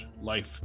life